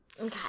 Okay